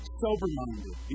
sober-minded